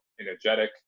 energetic